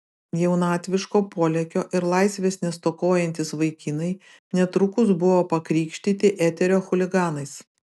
jaunatviško polėkio ir laisvės nestokojantys vaikinai netrukus buvo pakrikštyti eterio chuliganais